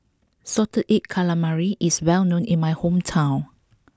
Salted Egg Calamari is well known in my hometown